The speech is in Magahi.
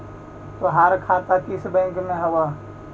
तोहार खाता किस बैंक में हवअ